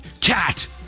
cat